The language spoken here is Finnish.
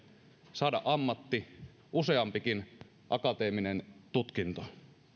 saada ammatti useampikin akateeminen tutkinto